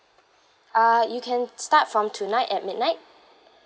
err you can start from tonight at midnight